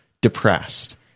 depressed